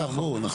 הוא אומר: